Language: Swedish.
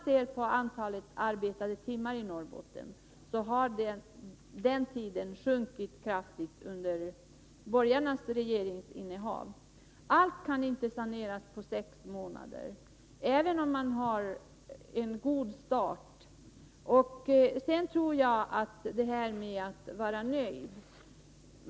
Antalet arbetade timmar i Norrbotten har sjunkit kraftigt under borgarnas regeringsinnehav. Allt detta kan inte saneras på sex månader, även om man gör en god start. Sedan några ord om detta att vara nöjd.